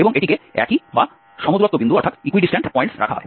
এবং এটিকে একই বা সমদূরত্ব বিন্দু রাখা হয়